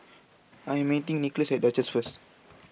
I am meeting Nickolas at Duchess first